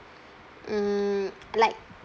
mm like